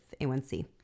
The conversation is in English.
A1C